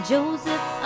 Joseph